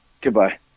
Goodbye